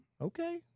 Okay